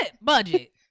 budget